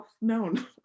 known